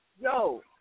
Yo